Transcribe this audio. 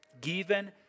given